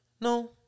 no